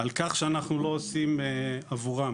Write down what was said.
על כך שאנחנו לא עושים בשבילם.